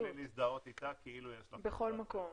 את תוכלי להזדהות איתה כאילו --- בכל מקום.